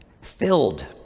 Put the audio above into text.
filled